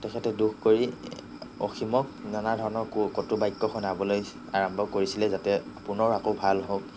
তেখেতে দুখ কৰি অসীমক নানাধৰণৰ কটু বাক্য় শুনাবলৈ আৰম্ভ কৰিছিলে যাতে পুনৰ আকৌ ভাল হওক